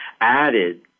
added